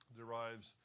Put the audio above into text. derives